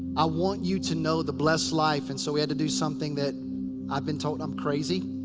i want you to know the blessed life. and so we had to do something that i've been told i'm crazy.